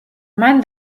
მან